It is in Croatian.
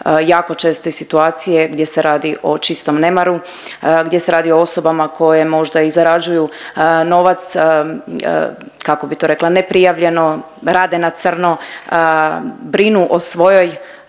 jako česte situacije gdje se radi o čistom nemaru, gdje se radi o osobama koje možda i zarađuju novac kako bi to rekla neprijavljeno, rade na crno, brinu o svojoj